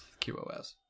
QoS